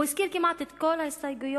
הוא הזכיר כמעט את כל ההסתייגויות,